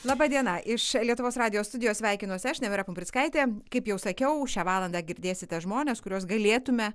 laba diena iš lietuvos radijo studijos sveikinuosi aš nemira pumprickaitė kaip jau sakiau šią valandą girdėsite žmones kuriuos galėtume